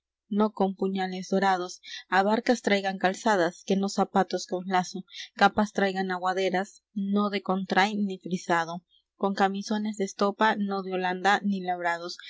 no con puñales dorados abarcas traigan calzadas que no zapatos con lazo capas traigan aguaderas no de contray ni frisado con camisones de estopa no de holanda ni labrados